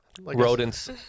Rodents